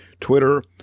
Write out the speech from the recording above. Twitter